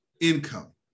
income